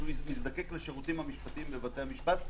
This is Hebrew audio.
שיזדקק לשירותים המשפטיים בבתי המשפט,